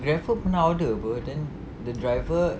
GrabFood pernah order [pe] then the driver